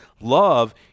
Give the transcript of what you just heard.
Love